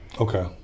okay